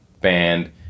band